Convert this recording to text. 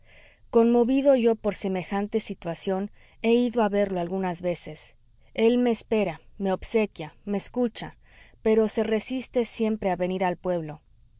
conmovido yo por semejante situación he ido a verlo algunas veces él me espera me obsequia me escucha pero se resiste siempre a venir al pueblo